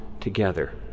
together